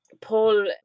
Paul